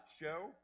Show